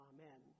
Amen